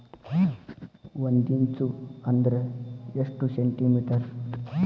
ಒಂದಿಂಚು ಅಂದ್ರ ಎಷ್ಟು ಸೆಂಟಿಮೇಟರ್?